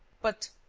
but.